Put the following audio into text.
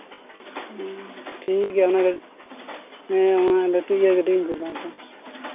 ᱦᱮᱸ ᱴᱷᱤᱠ ᱜᱮᱭᱟ ᱚᱱᱟ ᱜᱟᱹᱰᱤ ᱦᱮᱸ ᱞᱟᱹᱴᱩ ᱤᱭᱟᱹ ᱜᱟᱹᱰᱤᱧ ᱠᱩᱞᱟ ᱟᱪᱪᱷᱟ